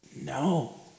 no